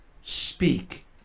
speak